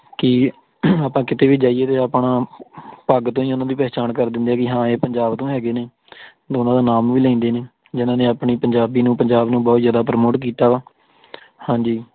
ਕਿ ਆਪਾਂ ਕਿਤੇ ਵੀ ਜਾਈਏ ਅਤੇ ਆਪਣਾ ਪੱਗ ਤੋਂ ਹੀ ਉਹਨਾਂ ਦੀ ਪਹਿਚਾਣ ਕਰ ਦਿੰਦੇ ਕਿ ਹਾਂ ਇਹ ਪੰਜਾਬ ਤੋਂ ਹੈਗੇ ਨੇ ਦੋਨਾਂ ਦਾ ਨਾਮ ਵੀ ਲੈਂਦੇ ਨੇ ਜਿਹਨਾਂ ਨੇ ਆਪਣੀ ਪੰਜਾਬੀ ਨੂੰ ਪੰਜਾਬ ਨੂੰ ਬਹੁਤ ਜ਼ਿਆਦਾ ਪ੍ਰਮੋਟ ਕੀਤਾ ਵਾ ਹਾਂਜੀ